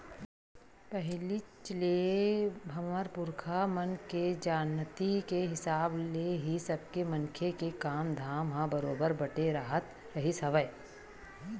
पहिलीच ले हमर पुरखा मन के जानती के हिसाब ले ही सबे मनखे के काम धाम ह बरोबर बटे राहत रिहिस हवय